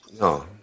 No